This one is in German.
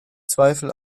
zweifel